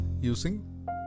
using